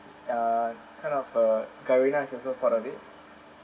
uh kind of uh carina is also part of it